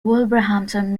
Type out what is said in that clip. wolverhampton